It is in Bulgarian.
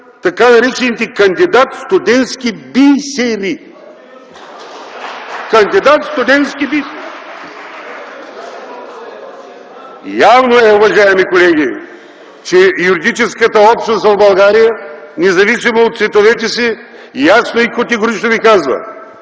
така наречените кандидат-студентски би-се-ри”. (Ръкопляскания от КБ.) Кандидат-студентски бисери! Явно е, уважаеми колеги, че юридическата общност в България, независимо от цветовете си, ясно и категорично ви казва: